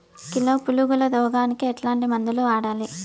Kilo పులుగుల రోగానికి ఎట్లాంటి మందులు వాడాలి?